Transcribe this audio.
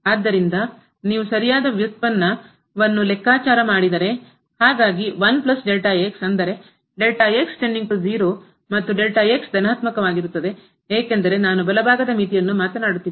ಆದ್ದರಿಂದ ನೀವು ಸರಿಯಾದ ವ್ಯುತ್ಪನ್ನ ವನ್ನು ಲೆಕ್ಕಾಚಾರ ಮಾಡಿದರೆ ಅಂದರೆ ಮತ್ತು ಧನಾತ್ಮಕವಾಗಿರುತ್ತದೆ ಏಕೆಂದರೆ ನಾನು ಬಲಭಾಗದ ಮಿತಿಯನ್ನು ಮಾತನಾಡುತ್ತಿದ್ದೇನೆ